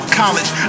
college